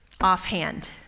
offhand